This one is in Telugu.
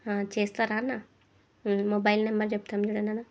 చేస్తారా అన్నా మొబైల్ నెంబర్ చెబుతాము చూడండి అన్నా